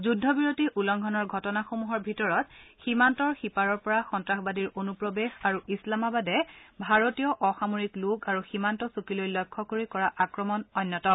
যুদ্ধ বিৰতি উলংঘনৰ ঘটনাসমূহৰ ভিতৰত সীমান্তৰ সিপাৰৰ পৰা সন্তাসবাদীৰ অনুপ্ৰৱেশ আৰু ইছলামাবাদে ভাৰতীয় অসামৰিক লোক আৰু সীমান্ত চকীলৈ লক্ষ্য কৰি কৰা আক্ৰমণ অন্যতম